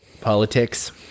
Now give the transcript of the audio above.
politics